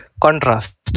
contrast